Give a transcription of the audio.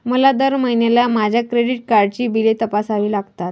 मला दर महिन्याला माझ्या क्रेडिट कार्डची बिले तपासावी लागतात